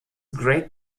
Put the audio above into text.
great